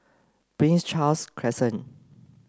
Prince Charles Crescent